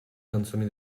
canzoni